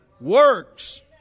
works